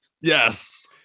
Yes